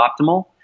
optimal